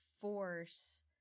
force